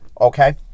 okay